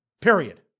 Period